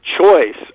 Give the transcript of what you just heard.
choice